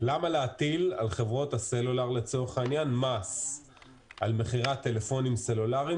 למה להטיל על חברות הסלולר מס על מכירת טלפונים סלולריים,